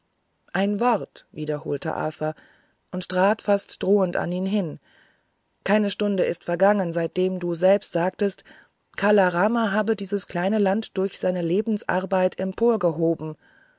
ein wort wiederholte arthur und trat fast drohend vor ihn hin keine stunde ist vergangen seitdem du selber sagtest kala rama habe dieses kleine land durch seine